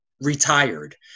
retired